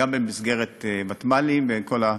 גם במסגרת ותמ"לים וכל,